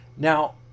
Now